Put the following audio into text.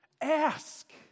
Ask